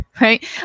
Right